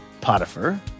Potiphar